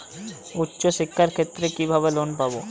উচ্চশিক্ষার ক্ষেত্রে কিভাবে লোন পাব?